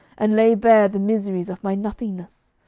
and lay bare the miseries of my nothingness?